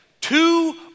Two